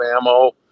ammo